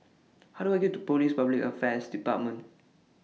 How Do I get to Police Public Affairs department